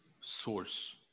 source